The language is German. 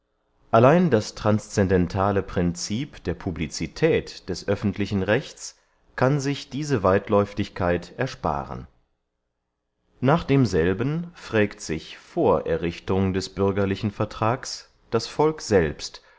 allein das transscendentale princip der publicität des öffentlichen rechts kann sich diese weitläuftigkeit erspahren nach demselben frägt sich vor errichtung des bürgerlichen vertrags das volk selbst